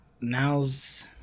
now's